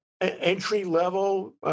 entry-level